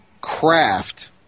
craft